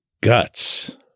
guts